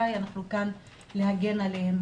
כדי להגן עליהן,